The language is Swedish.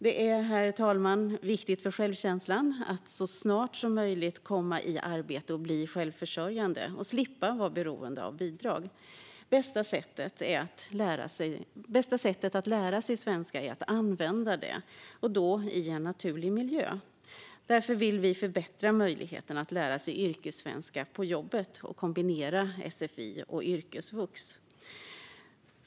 Det är, herr talman, viktigt för självkänslan att så snart som möjligt komma i arbete och bli självförsörjande och slippa vara beroende av bidrag. Bästa sättet att lära sig svenska är att använda det, och då i en naturlig miljö. Därför vill vi förbättra möjligheterna att lära sig yrkessvenska på jobbet och kombinera sfi och yrkesvux.